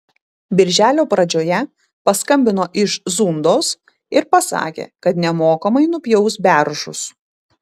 birželio pradžioje paskambino iš zundos ir pasakė kad nemokamai nupjaus beržus